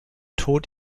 tod